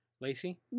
Lacey